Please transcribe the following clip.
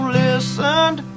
listened